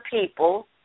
people